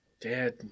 Dad